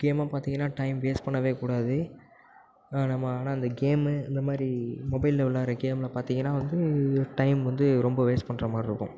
முக்கியமாக பார்த்தீங்கன்னா time waste பண்ணவே கூடாது ஆ நம்ம ஆனால் இந்த கேம்மு இந்த மாதிரி மொபைலில் விளையாடுற கேமில் பார்த்தீங்கன்னா வந்து டைம் வந்து ரொம்ப வேஸ்ட் பண்ணுற மாதிரி இருக்கும்